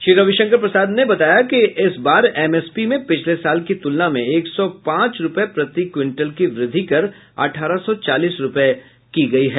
श्री रविशंकर प्रसाद ने बतायाकि इस बार एमएसपी में पिछले साल की तुलना में एक सौ पांच रुपये प्रति क्विंटल की व्रद्धि कर अठारह सौ चालीस रुपये की गयी है